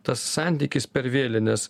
tas santykis per vėlines